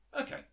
Okay